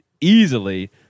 easily